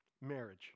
Marriage